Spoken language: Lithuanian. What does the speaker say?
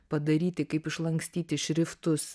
padaryti kaip išlankstyti šriftus